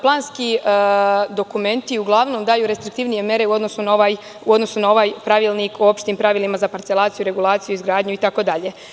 Planski dokumenti uglavnom daju restriktivnije mere u odnosu na ovaj pravilnik o opštim pravilima za parcelaciju, regulaciju, izgradnju itd.